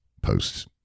posts